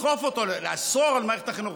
לדחוף אותו, לאסור על מערכת החינוך?